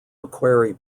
macquarie